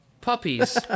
puppies